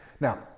Now